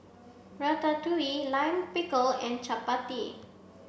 Ratatouille Lime Pickle and Chapati